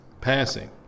passing